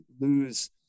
lose